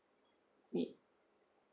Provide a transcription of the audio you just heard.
me